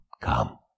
come